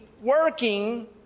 working